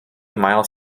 miles